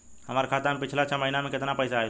हमरा खाता मे पिछला छह महीना मे केतना पैसा आईल बा?